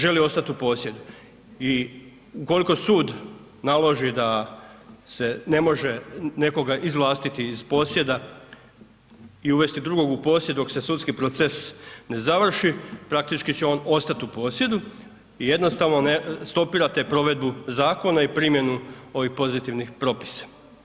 Želi ostati u posjedu i ukoliko sud naloži da se ne može nekoga izvlastiti iz posjeda i uvesti drugog u posjed dok se sudski proces ne završi, praktički će on ostati u posjedu i jednostavno stopirate provedbu zakona i primjenu ovih pozitivnih propisa.